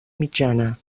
mitjana